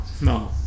no